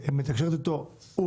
שמתקשרת איתו - ותכף נדבר על זה.